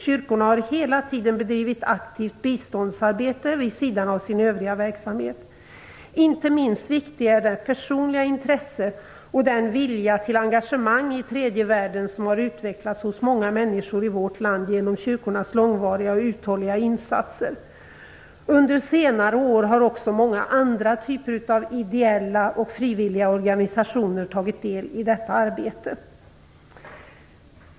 Kyrkorna har hela tiden bedrivit aktivt biståndsarbete vid sidan av sin övriga verksamhet. Inte minst viktigt är det personliga intresset och den vilja till engagemang i tredje världen som har utvecklats hos många människor i vårt land genom kyrkornas långvariga och uthålliga insatser. Under senare år har också många andra typer av ideella och frivilliga organisationer tagit del i detta arbete.